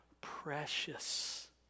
precious